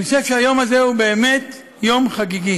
אני חושב שהיום הזה הוא באמת יום חגיגי.